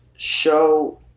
Show